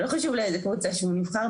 לא חשוב איזה קבוצה שהוא נבחר,